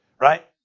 Right